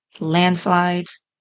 landslides